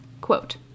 Quote